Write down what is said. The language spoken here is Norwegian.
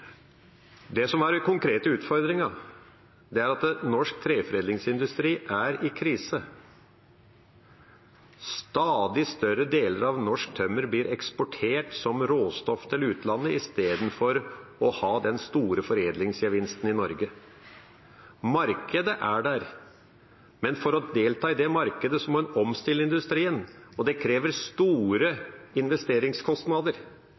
som er den konkrete utfordringen, er at norsk treforedlingsindustri er i krise. Stadig større deler av norsk tømmer blir eksportert som råstoff til utlandet istedenfor å ha den store foredlingsgevinsten i Norge. Markedet er der, men for å delta i det markedet må en omstille industrien. Det krever